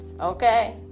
Okay